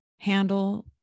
handle